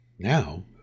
Now